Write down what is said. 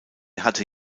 hatte